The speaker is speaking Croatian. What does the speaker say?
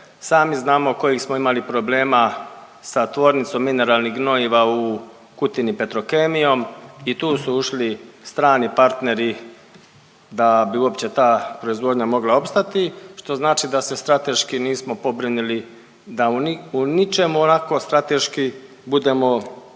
Sami znamo kojih smo imali problema sa tvornicom mineralnih gnojiva u Kutini Petrokemijom. I tu su ušli strani partneri da bi uopće ta proizvodnja mogla opstati što znači da se strateški nismo pobrinuli da u ničemu onako strateški budemo mi